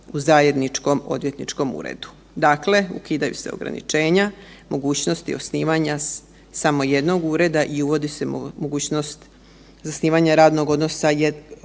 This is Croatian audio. u zajedničkom odvjetničkom uredu. Dakle, ukidaju se ograničenja i mogućnosti osnivanja samo jednog ureda i uvodi se mogućnost zasnivanja radnog odnosa jednog